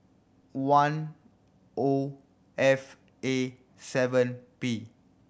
one O F A seven P